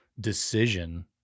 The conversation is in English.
decision